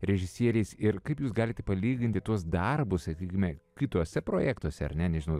režisieriais ir kaip jūs galite palyginti tuos darbus sakykime kituose projektuose ar ne nežinau